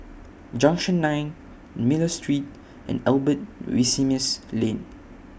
Junction nine Miller Street and Albert Winsemius Lane